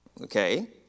Okay